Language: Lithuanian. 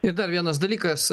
ir dar vienas dalykas